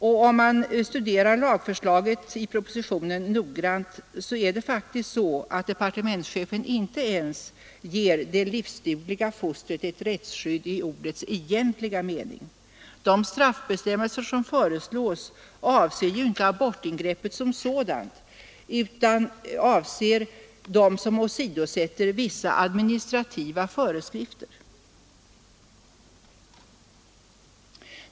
Om man noggrant studerar lagförslaget i propositionen, finner man att departementschefen inte ens ger det livsdugliga fostret ett rättsskydd i ordets egentliga mening. De straffbestämmelser som föreslås avser ju inte abortingreppet som sådant utan åtgärder som åsidosätter vissa administrativa föreskrifter.